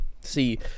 See